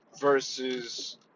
versus